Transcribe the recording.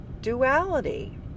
duality